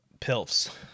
pilfs